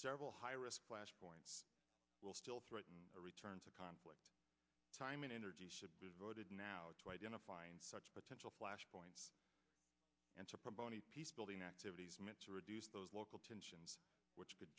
several high risk flashpoints will still threaten or returns a conflict time and energy should be devoted now to identifying such potential flashpoint and to promote peace building activities meant to reduce those local tensions which could